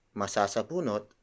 masasabunot